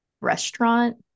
restaurant